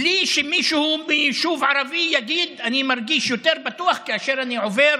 בלי שמישהו ביישוב ערבי יגיד: אני מרגיש יותר בטוח כאשר אני עובר